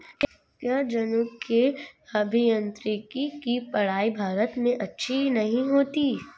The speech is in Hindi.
क्या जनुकीय अभियांत्रिकी की पढ़ाई भारत में अच्छी नहीं होती?